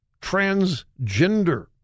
transgender